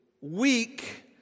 weak